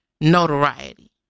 notoriety